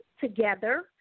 together